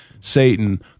Satan